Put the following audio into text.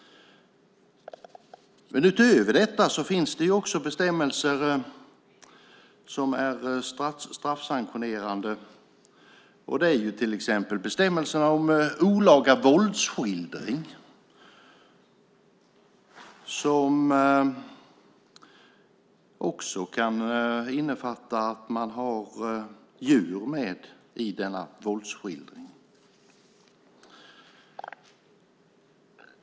Utöver detta finns det bestämmelser som är straffsanktionerande. Det är till exempel bestämmelserna om olaga våldsskildring som också kan innefatta att man har djur med i denna våldsskildring.